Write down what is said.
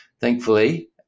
Thankfully